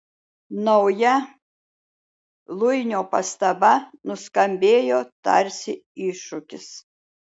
nauja luinio pastaba nuskambėjo tarsi iššūkis